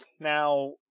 Now